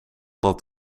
dat